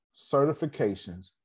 certifications